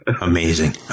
amazing